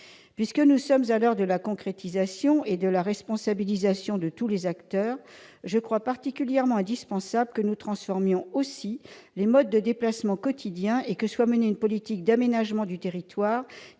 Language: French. Puisque nous sommes à l'heure de la concrétisation et de la responsabilisation de tous les acteurs, je crois particulièrement indispensable que nous transformions aussi les modes de déplacement quotidien et que soit menée une politique d'aménagement du territoire